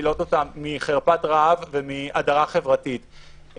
שמצילות אותן מחרפת רעב ומהדרה חברתית.